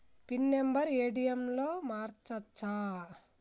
Pin number ATM లో మార్చచ్చా?